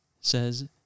says